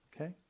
Okay